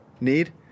need